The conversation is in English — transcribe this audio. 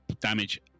damage